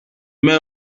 mets